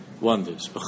wonders